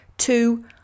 Two